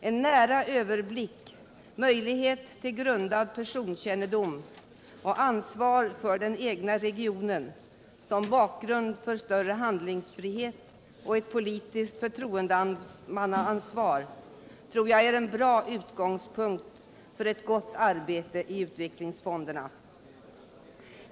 En nära överblick, möjlighet till grundad personkännedom och ansvar för den egna regionen som bakgrund för större handlingsfrihet och ett politiskt förtroendemannaansvar är bra utgångspunkter för ett gott arbete i utvecklingsfonderna.